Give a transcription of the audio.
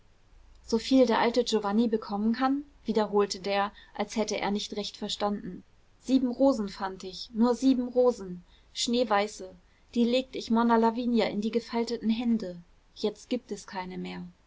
der alte giovanni bekommen kann wiederholte der als hätte er nicht recht verstanden sieben rosen fand ich nur sieben rosen schneeweiße die legt ich monna lavinia in die gefalteten hände jetzt gibt es keine mehr